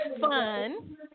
fun